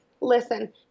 listen